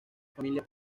familia